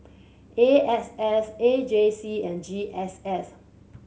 A S S A J C and G S S